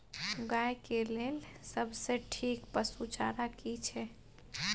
गाय के लेल सबसे ठीक पसु चारा की छै?